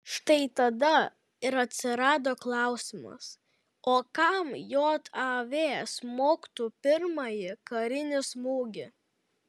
štai tada ir atsirado klausimas o kam jav smogtų pirmąjį karinį smūgį